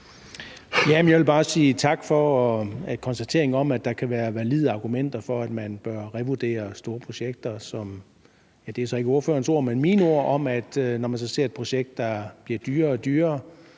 Jeg vil bare sige tak for konstateringen af, at der kan være valide argumenter for, at man bør revurdere store projekter. Så når man – det er så ikke ordførerens ord, men mine ord – ser et projekt, der bliver dyrere og dyrere,